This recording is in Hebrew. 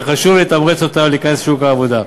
וחשוב לתמרץ אותה להיכנס לשוק העבודה.